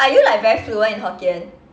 are you like very fluent in hokkien